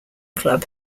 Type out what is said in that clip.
club